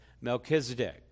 Melchizedek